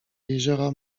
jeziora